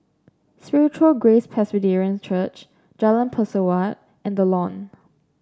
Spiritual Grace Presbyterian Church Jalan Pesawat and The Lawn